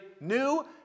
new